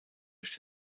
durch